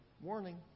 warning